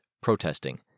protesting